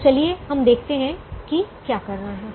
तो चलिए हम देखते हैं कि क्या करना हैं